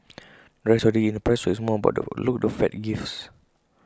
the rise is already in the price so it's more about the outlook the fed gives